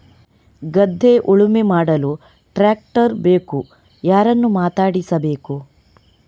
ಗದ್ಧೆ ಉಳುಮೆ ಮಾಡಲು ಟ್ರ್ಯಾಕ್ಟರ್ ಬೇಕು ಯಾರನ್ನು ಮಾತಾಡಿಸಬೇಕು?